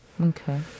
Okay